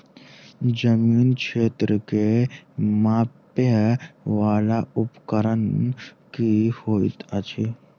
जमीन क्षेत्र केँ मापय वला उपकरण की होइत अछि?